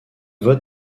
vote